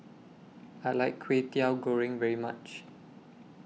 I like Kwetiau Goreng very much